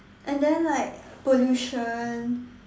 and then like pollution